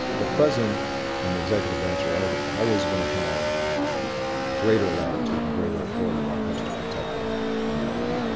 the president and the executive branch are are always going to have greater latitude and greater authority when it comes to protecting america,